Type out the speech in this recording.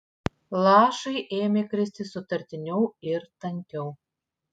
lašai ėmė kristi sutartiniau ir tankiau